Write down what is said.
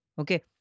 Okay